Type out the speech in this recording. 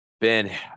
Ben